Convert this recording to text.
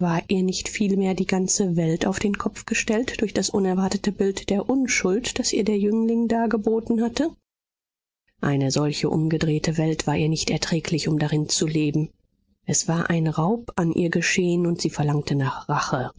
war ihr nicht vielmehr die ganze welt auf den kopf gestellt durch das unerwartete bild der unschuld das ihr der jüngling dargeboten hatte eine solche umgedrehte welt war ihr nicht erträglich um darin zu leben es war ein raub an ihr geschehen und sie verlangte nach rache